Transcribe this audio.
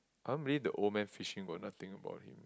I don't believe the old man fishing got nothing about him